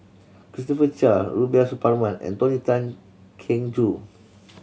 Christopher Chia Rubiah Suparman and Tony Tan Keng Joo